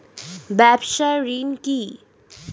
ব্যবসায় ঋণ কি?